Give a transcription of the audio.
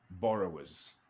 borrowers